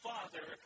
Father